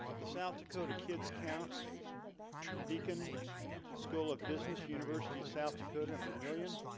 the south dakota kids count beacon school of business university of south dakota and vermillion